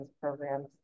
programs